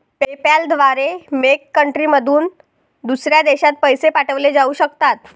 PayPal द्वारे मेक कंट्रीमधून दुसऱ्या देशात पैसे पाठवले जाऊ शकतात